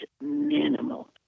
minimal